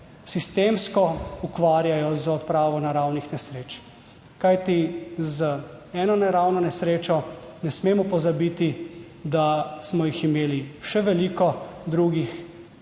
sistemsko ukvarjajo z odpravo naravnih nesreč, kajti z eno naravno nesrečo ne smemo pozabiti, da smo jih imeli še veliko 54.